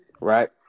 Right